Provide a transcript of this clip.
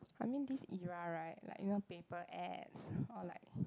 I mean this era right like you know paper ads or like